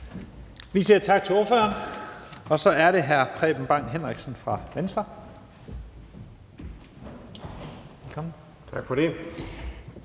Vi siger tak til ordføreren. Så er det hr. Preben Bang Henriksen fra Venstre. Velkommen.